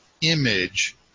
image